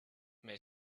may